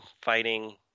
fighting